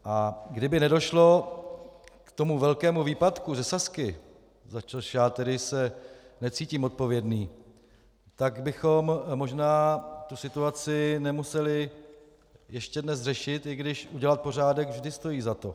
A kdyby nedošlo k tomu velkému výpadku ze Sazky, za což já tedy se necítím odpovědný, tak bychom možná tu situaci nemuseli ještě dnes řešit, i když udělat pořádek vždy stojí za to.